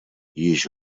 již